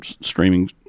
streaming